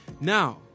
Now